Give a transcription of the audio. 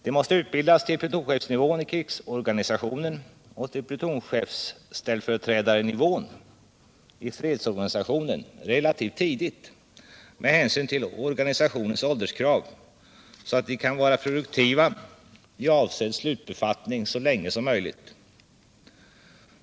De måste utbildas till plutonchefsnivån i krigsorganisationen och till plutonchefsställföreträdarenivån i fredsorganisationen relativt tidigt, med hänsyn till organisationens ålderskrav, så att de kan vara produktiva i avsedd slutbefattning så länge som möjligt.